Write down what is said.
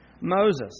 Moses